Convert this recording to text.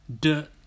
dirt